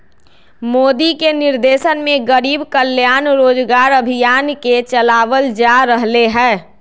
मोदी के निर्देशन में गरीब कल्याण रोजगार अभियान के चलावल जा रहले है